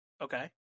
Okay